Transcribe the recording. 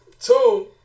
Two